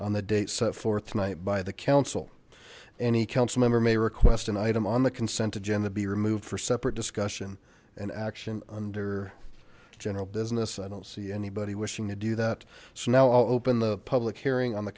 on the date set forth tonight by the council any council member may request an item on the consent agenda be removed for separate discussion an action under general business i don't see anybody wishing to do that so now i'll open the public hearing on the